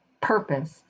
purpose